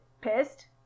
pissed